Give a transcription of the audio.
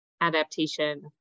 adaptation